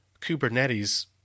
Kubernetes